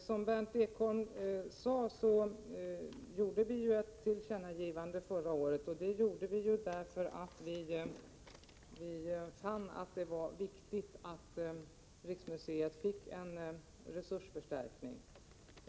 Herr talman! Vi gjorde, som Berndt Ekholm sade, ett tillkännagivande förra året. Vi gjorde det, därför att vi fann att det var viktigt att ge Riksmuseet en resursförstärkning.